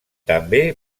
també